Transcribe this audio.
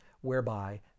whereby